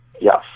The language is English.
Yes